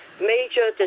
major